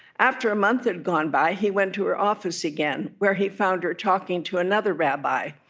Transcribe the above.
after a month had gone by, he went to her office again, where he found her talking to another rabbi,